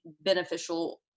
beneficial